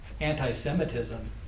anti-Semitism